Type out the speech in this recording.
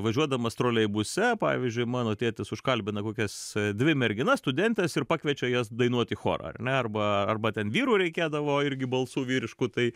važiuodamas troleibuse pavyzdžiui mano tėtis užkalbina kokias dvi merginas studentes ir pakviečia jas dainuot į chorą ar ne arba arba ten vyrų reikėdavo irgi balsų vyriškų tai